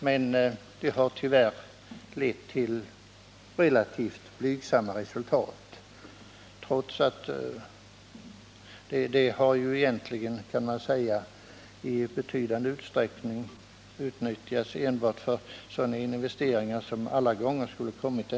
Men detta har tyvärr lett till relativt blygsamma resultat, trots att det i betydande utsträckning utnyttjats enbart för sådana investeringar som ändå skulle ha gjorts.